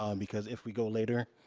um because if we go later,